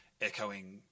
echoing